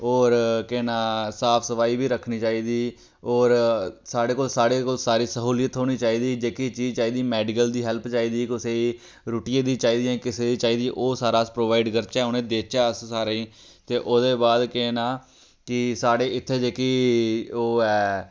होर केह् नांऽ साफ सफाई बी रक्खनी चाहिदी होर साढ़े कोल साढ़े कोल सारी स्हूलियत थ्होनी चाहिदी जेह्की चीज़ चाहिदी मैडिकल दी हेल्प चाहिदी कुसै गी रुट्टियै दी चाहिदी किसे दी बी चाहिदी ओह् सारा अस प्रोवाइड करचै उ'नेंगी देचै अस सारें गी ते ओह्दे बाद केह् नांऽ कि साढ़ै इत्थें जेह्की ओह् ऐ